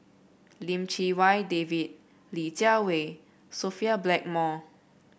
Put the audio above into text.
Lim Chee Wai David Li Jiawei Sophia Blackmore